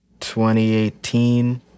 2018